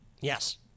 Yes